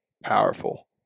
powerful